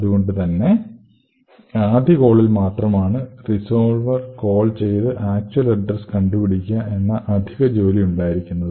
അതുകൊണ്ട്തന്നെ ആദ്യ കോളിൽ മാത്രമാണ് റിസോൾവെർ കോൾ ചെയ്ത് ആക്ച്വൽ അഡ്രസ് കണ്ടുപിടിക്കുക എന്നുള്ള അധിക ജോലി ഉണ്ടായിരിക്കുന്നത്